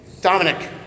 Dominic